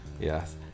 Yes